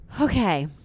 Okay